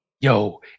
Yo